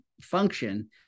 function